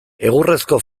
egurrezko